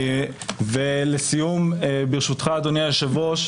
לסיום, ברשותך, אדוני היושב-ראש,